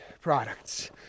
products